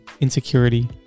insecurity